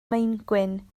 maengwyn